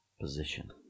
position